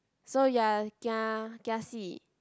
so you are a kia~ kiasi